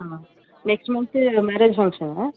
ah next month marriage ஃபங்க்ஷனுங்க